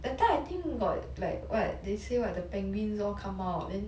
that time I think got like what they say what the penguins all come out then